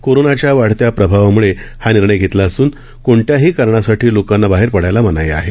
कोरोनाच्या वाढत्या प्रभावामुळे हा निर्णय घेतला असून कोणत्याही कारणासाठी लोकांना बाहेर पडायला मनाई आहे